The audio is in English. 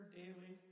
daily